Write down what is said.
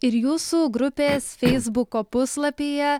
ir jūsų grupės feisbuko puslapyje